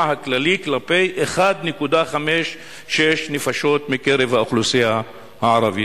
הכללי כלפי 1.56 נפשות מקרב האוכלוסייה הערבית.